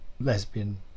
lesbian